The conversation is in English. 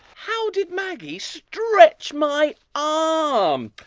how did maggie stretch my ah um